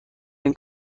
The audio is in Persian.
این